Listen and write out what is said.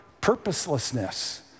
purposelessness